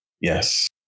Yes